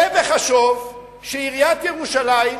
צא וחשוב שעיריית ירושלים